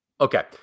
Okay